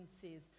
says